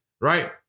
right